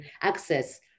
access